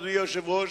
אדוני היושב-ראש,